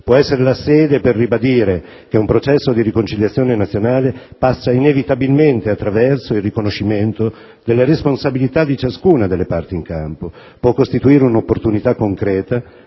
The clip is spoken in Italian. può essere la sede per ribadire che un processo di riconciliazione nazionale passa inevitabilmente attraverso il riconoscimento delle responsabilità di ciascuna delle parti in campo; può costituire un'opportunità concreta